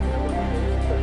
מטר מהכיכר